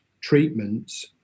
treatments